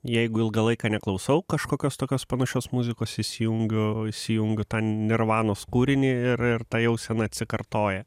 jeigu ilgą laiką neklausau kažkokios tokios panašios muzikos įsijungiu įsijungiu tą nirvanos kūrinį ir ir ta jausena atsikartoja